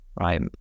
right